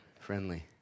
friendly